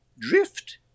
drift